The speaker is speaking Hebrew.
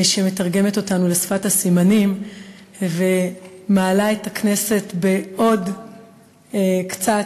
שמתרגמת אותנו לשפת הסימנים ומעלה את הכנסת בעוד קצת,